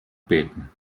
beten